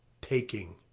taking